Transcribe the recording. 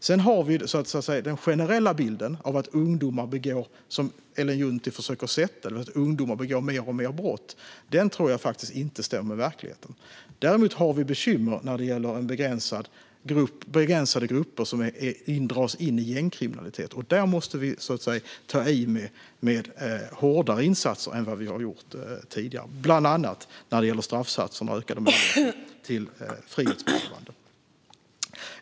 Sedan finns också den generella bilden, som Ellen Juntti försöker lyfta fram, att ungdomar begår alltmer brott. Den tror jag faktiskt inte stämmer med verkligheten. Vi har däremot bekymmer med begränsade grupper som dras in i gängkriminalitet. Där måste vi gå in med hårdare insatser än tidigare. Bland annat kan straffsatserna ökas till frihetsberövande.